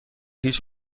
هیچ